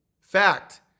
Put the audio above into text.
Fact